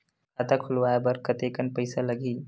खाता खुलवाय बर कतेकन पईसा लगही?